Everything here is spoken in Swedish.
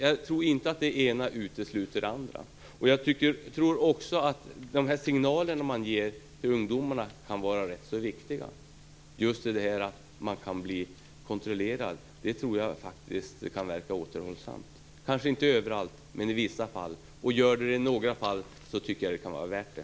Jag tror inte att det ena utesluter det andra. Jag tror också att de signaler man ger till ungdomarna kan vara rätt viktiga. Risken att bli kontrollerad tror jag kan verka återhållsamt. Det blir kanske inte så överallt, men i vissa fall. Blir det så i några fall tycker jag att det kan vara värt det.